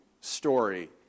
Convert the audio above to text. story